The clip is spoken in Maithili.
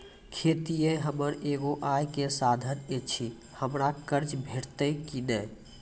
खेतीये हमर एगो आय के साधन ऐछि, हमरा कर्ज भेटतै कि नै?